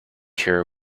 here